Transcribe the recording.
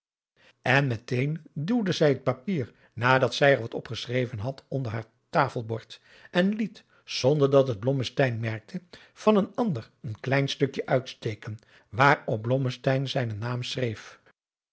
en met een duwde zij het papier nadat zij er wat opgeschreven had onder haar taselbord en liet zonder dat het blommesteyn merkte van een ander een klein stukje uitsteken waarop blommesteyn zijnen naam schreef